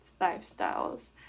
lifestyles